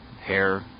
hair